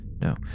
No